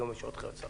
היום יש עוד שחקן,